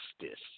Justice